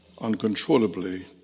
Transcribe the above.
uncontrollably